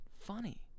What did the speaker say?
funny